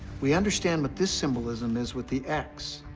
we understand what this symbolism is with the x,